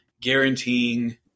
guaranteeing